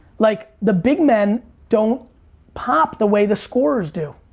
like the big men don't pop the way the scorers do.